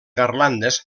garlandes